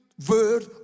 word